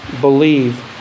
believe